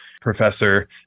professor